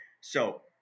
So-